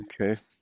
Okay